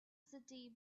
city